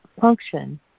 function